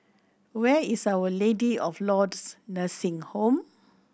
where is Our Lady of Lourdes Nursing Home